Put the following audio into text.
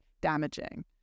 damaging